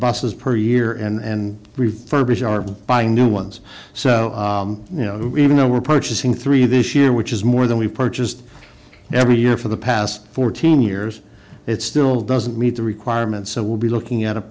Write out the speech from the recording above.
buses per year and refurbished are buying new ones so you know who even though we're purchasing three this year which is more than we purchased every year for the past fourteen years years it still doesn't meet the requirements so we'll be looking at